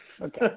Okay